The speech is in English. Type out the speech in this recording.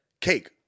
Cake